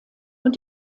und